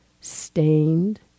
stained